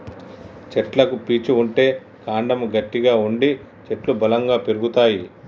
చెట్లకు పీచు ఉంటే కాండము గట్టిగా ఉండి చెట్లు బలంగా పెరుగుతాయి